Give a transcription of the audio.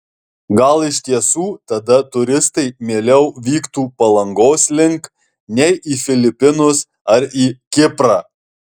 gal iš tiesų tada turistai mieliau vyktų palangos link nei į filipinus ar į kiprą